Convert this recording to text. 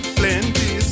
plenty